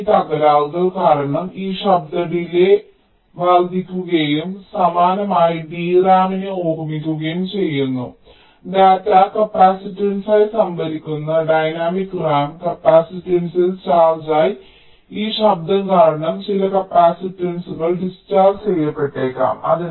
പക്ഷേ ഈ തകരാറുകൾ കാരണം ഈ ശബ്ദ ഡിലേയ് വർദ്ധിക്കുകയും സമാനമായി DRAM നെ ഓർമ്മിക്കുകയും ചെയ്യുന്നു ഡാറ്റ കപ്പാസിറ്റൻസായി സംഭരിക്കുന്ന ഡൈനാമിക് RAM കപ്പാസിറ്റൻസിൽ ചാർജ്ജ് ആയി ഈ ശബ്ദം കാരണം ചില കപ്പാസിറ്റൻസുകൾ ഡിസ്ചാർജ് ചെയ്യപ്പെട്ടേക്കാം